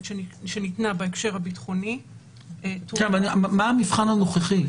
שניתנה בהקשר הביטחוני --- מה המבחן הנוכחי?